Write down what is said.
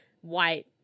white